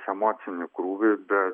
emocinį krūvį bet